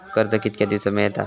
कर्ज कितक्या दिवसात मेळता?